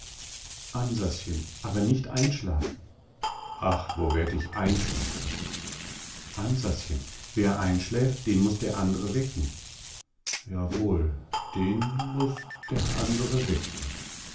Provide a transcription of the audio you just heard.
ansaschen aber nicht einschlafen ach wo werd ich einschlafen ansaschen wer einschläft den muß der andere wecken jawohl den muß der andere wecken